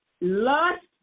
Lust